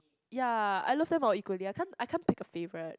ya I love them all equally I can't I can't pick a favourite